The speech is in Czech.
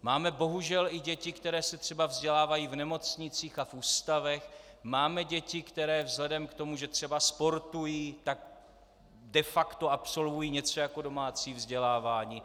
Máme bohužel i děti, které se třeba vzdělávají v nemocnicích a v ústavech, máme děti, které vzhledem k tomu, že třeba sportují, tak de facto absolvují něco jako domácí vzdělávání.